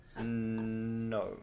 No